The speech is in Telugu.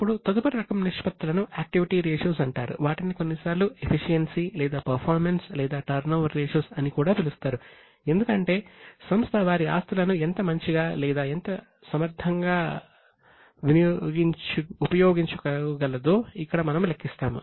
ఇప్పుడు తదుపరి రకం నిష్పత్తులను యాక్టివిటీ రేషియోస్ అని కూడా పిలుస్తారు ఎందుకంటే సంస్థ వారి ఆస్తులను ఎంత మంచిగా లేదా ఎంత సమర్థవంతంగా ఉపయోగించుకోగలదో ఇక్కడ మనము లెక్కిస్తాము